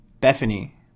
Bethany